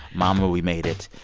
mama, we made it.